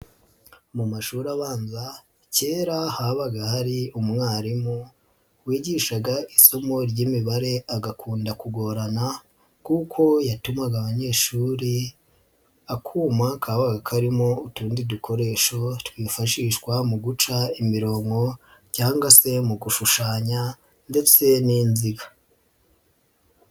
Mu mashuri abanza, kera habaga hari umwarimu wigishaga isomo ry'imibare, agakunda kugorana kuko yatumaga abanyeshuri akuma kabaga karimo utundi dukoresho twifashishwa mu guca imirongo cyangwa se mu gushushanya ndetse n'inziga.